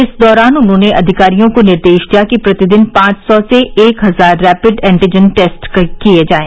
इस दौरान उन्होंने अधिकारियों को निर्देश दिया कि प्रतिदिन पांच सौ से एक हजार रैपिड एंटीजन टेस्ट किए जायें